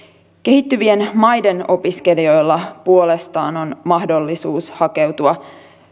kehittyvien maiden opiskelijoilla puolestaan on mahdollisuus hakeutua